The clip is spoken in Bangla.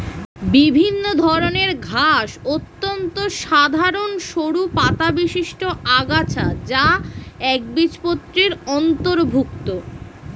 বিভিন্ন ধরনের ঘাস অত্যন্ত সাধারণ সরু পাতাবিশিষ্ট আগাছা যা একবীজপত্রীর অন্তর্ভুক্ত